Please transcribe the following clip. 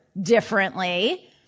differently